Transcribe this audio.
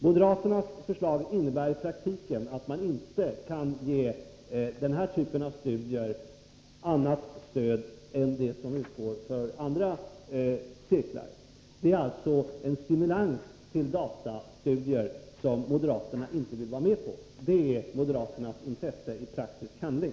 Moderaternas förslag innebär i praktiken att man inte kan ge den här typen av studier annat stöd än det som utgår för andra cirklar. Det är alltså en stimulans till datastudier som moderaterna inte vill vara med på. Det är moderaternas intresse i praktisk handling!